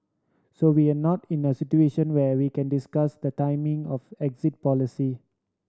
so we're not in a situation where we can discuss the timing of exit policy